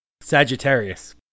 Sagittarius